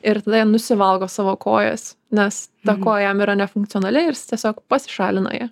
ir tada jie nusivalgo savo kojas nes ta koja jam yra nefunkcionali ir jis tiesiog pasišalina ją